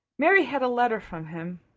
mary had a letter from him.